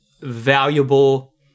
valuable